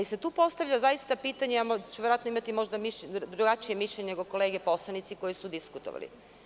Tu se postavlja zaista pitanje, verovatno ću imati drugačije mišljenje nego kolege poslanici koji su diskutovali.